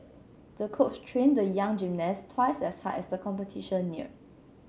the coach trained the young gymnast twice as hard as the competition neared